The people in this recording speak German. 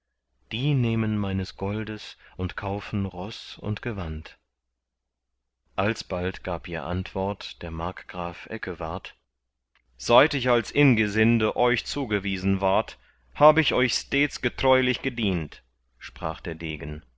die nehmen meines goldes und kaufen ross und gewand alsbald gab ihr antwort der markgraf eckewart seit ich als ingesinde euch zugewiesen ward hab ich euch stets getreulich gedient sprach der degen